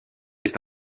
est